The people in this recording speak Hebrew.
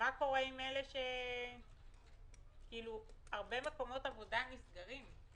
אבל צריך לזכור שהרבה מקומות עבודה נסגרים.